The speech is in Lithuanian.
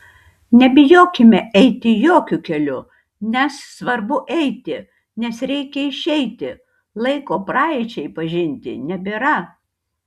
nebijokime eiti jokiu keliu nes svarbu eiti nes reikia išeiti laiko praeičiai pažinti nebėra